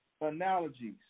analogies